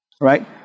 right